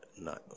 no